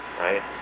right